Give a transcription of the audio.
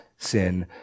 sin